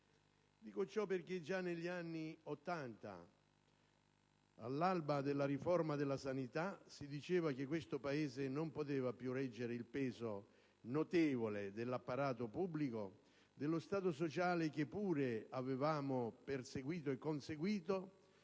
Dico ciò perché già negli anni Ottanta, all'alba della riforma della sanità, si diceva questo Paese non poteva più reggere il peso notevole dell'apparato pubblico, dello Stato sociale, che pure avevamo perseguito e conseguito